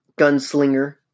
gunslinger